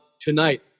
tonight